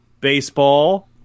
baseball